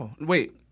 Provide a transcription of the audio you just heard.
Wait